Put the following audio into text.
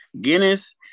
Guinness